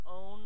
own